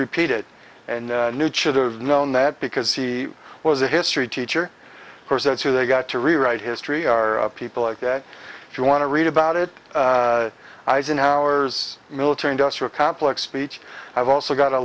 repeat it and new to the known that because he was a history teacher course that's who they got to rewrite history are people like that if you want to read about it eisenhower's military industrial complex speech i've also got a